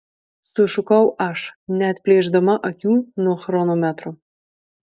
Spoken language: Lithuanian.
sušukau aš neatplėšdama akių nuo chronometro